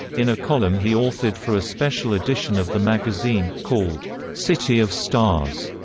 in a column he authored for a special edition of the magazine, called city of stars,